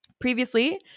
Previously